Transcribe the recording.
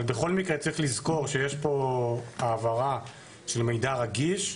אבל בכל מקרה צריך לזכור שיש פה העברה של מידע רגיש.